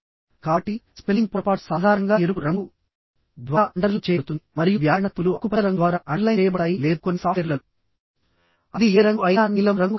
కాబట్టి స్పెల్లింగ్ పొరపాటు సాధారణంగా ఎరుపు రంగు ద్వారా అండర్లైన్ చేయబడుతుంది మరియు వ్యాకరణ తప్పులు ఆకుపచ్చ రంగు ద్వారా అండర్లైన్ చేయబడతాయి లేదా కొన్ని సాఫ్ట్వేర్లలో అది ఏ రంగు అయినా నీలం రంగు కావచ్చు